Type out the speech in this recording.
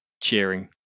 cheering